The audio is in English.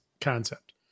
concept